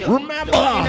Remember